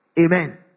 Amen